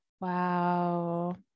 Wow